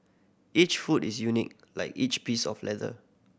each foot is unique like each piece of leather